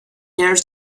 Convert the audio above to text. their